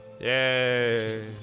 Yay